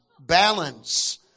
balance